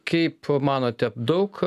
kaip manote daug